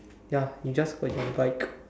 ya you just got your bike